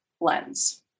lens